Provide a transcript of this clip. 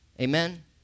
Amen